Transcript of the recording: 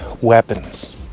weapons